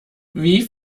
wie